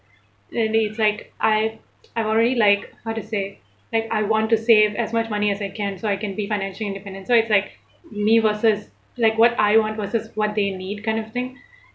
and it's like like I've I already like how to say like I want to save as much money as I can so I can be financially independent so it's like me versus like what I want versus what they need kind of thing